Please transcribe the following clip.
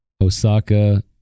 Osaka